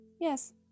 Yes